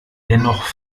dennoch